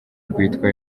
rwitwa